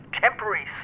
temporary